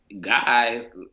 guys